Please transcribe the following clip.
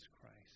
Christ